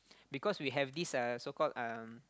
because we have this uh so called um